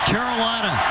Carolina